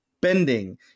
bending